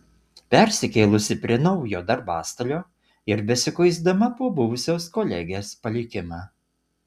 persikėlusi prie naujo darbastalio ir besikuisdama po buvusios kolegės palikimą